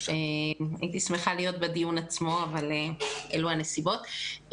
הייתי שמחה להיות בדיון עצמו אבל אלו הנסיבות.